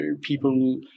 people